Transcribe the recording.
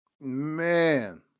Man